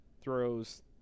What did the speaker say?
throws